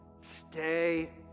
stay